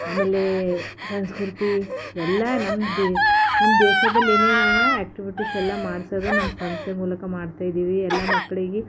ಆಮೇಲೆ ಸಂಸ್ಕ್ರತಿ ಎಲ್ಲ ನಮ್ಮದೇ ನಮ್ಮ ದೇಶದಲ್ಲಿ ಏನೇನು ಅವ ಆಕ್ಟಿವಿಟೀಸ್ ಎಲ್ಲ ಮಾಡಿಸೋದು ನಮ್ಮ ಸಂಸ್ಥೆ ಮೂಲಕ ಮಾಡ್ತಾಯಿದ್ದೀವಿ ಎಲ್ಲ ಮಕ್ಳಿಗೆ